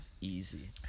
easy